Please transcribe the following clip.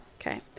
Okay